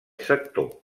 sector